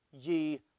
ye